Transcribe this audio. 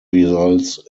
results